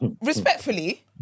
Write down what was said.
Respectfully